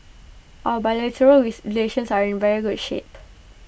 our bilateral raise relations are in very good shape